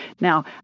Now